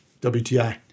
WTI